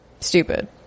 stupid